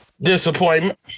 Disappointment